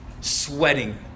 sweating